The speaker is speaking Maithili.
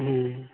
हूँ